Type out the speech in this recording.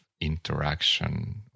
interaction